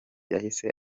yahise